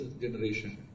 generation